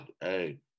Hey